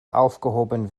aufgehoben